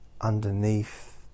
underneath